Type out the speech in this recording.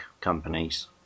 companies